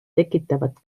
tekitavad